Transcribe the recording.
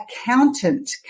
accountant